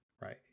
right